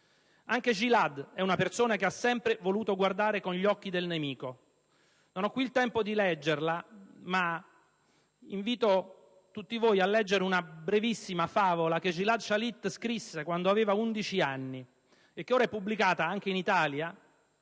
Anche Gilad è una persona che ha sempre voluto guardare con gli occhi del nemico. Non ho ora il tempo di leggerla, ma invito tutti voi a leggere una brevissima favola che Gilad Shalit scrisse quando aveva 11 anni, e che ora è pubblicata anche in Italia